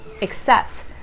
accept